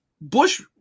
Bush